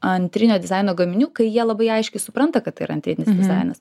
antrinio dizaino gaminių kai jie labai aiškiai supranta kad tai yra antrinis dizainas